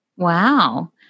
Wow